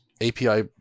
API